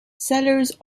sellers